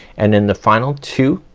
and in the final two,